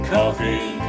Coffee